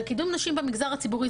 על קידום נשים במגזר הציבורי,